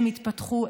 הם יתפתחו,